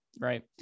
right